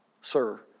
sir